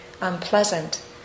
unpleasant